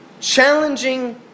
challenging